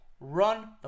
Run